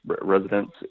residents